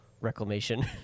reclamation